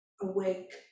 awake